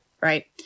right